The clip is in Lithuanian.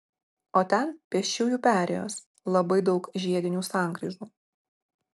o ten pėsčiųjų perėjos labai daug žiedinių sankryžų